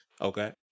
Okay